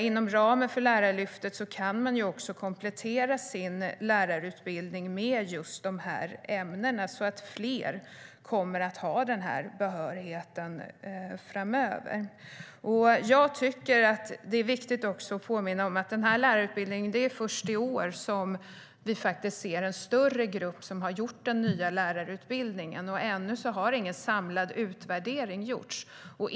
Inom ramen för Lärarlyftet kan man också komplettera sin lärarutbildning med just de här ämnena så att fler har den här behörigheten framöver. Jag tycker att det är viktigt att påminna om att det är först i år som vi faktiskt ser en större grupp som har gått den nya lärarutbildningen, och ännu har ingen samlad utvärdering gjorts.